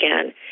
again